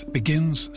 begins